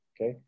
Okay